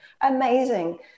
amazing